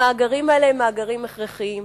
המאגרים האלה הם מאגרים הכרחיים.